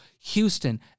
Houston